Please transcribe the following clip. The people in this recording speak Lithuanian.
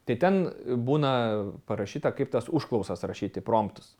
tai ten būna parašyta kaip tas užklausas rašyti promtus